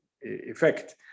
effect